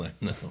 No